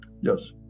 yes